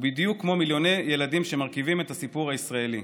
הוא בדיוק כמו מיליוני ילדים שמרכיבים את הסיפור הישראלי.